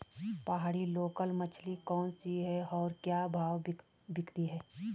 पहाड़ी लोकल मछली कौन सी है और क्या भाव बिकती है?